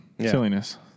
Silliness